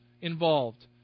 involved